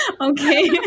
okay